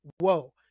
Whoa